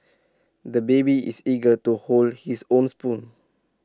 the baby is eager to hold his own spoon